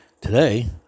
today